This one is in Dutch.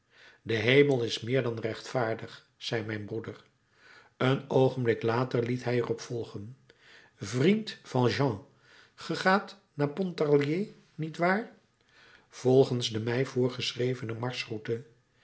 de hemel is meer dan rechtvaardig zei mijn broeder een oogenblik later liet hij er op volgen vriend valjean ge gaat naar pontarlier niet waar volgens de mij voorgeschreven